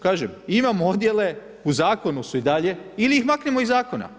Kažem, imamo odjele u zakonu su i dalje, ili ih maknimo iz zakona.